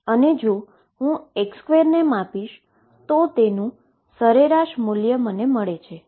અને જો હું x2 ને માપીશ તો તેનું એવરેજ વેલ્યુ મળે છે